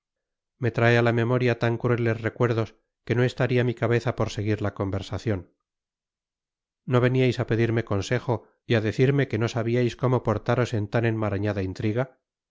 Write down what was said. me trae á la memoria tan crueles recuerdos que no estaria mi cabeza por seguir la conversacion no veniais á pedirme consejo y á decirme que no sabiais como portaros en tan enmarañada intriga